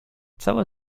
całe